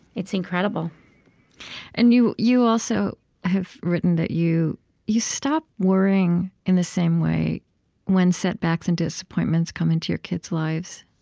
it's incredible and you you also have written that you you stopped worrying in the same way when setbacks and disappointments come into your kids' lives,